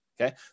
Okay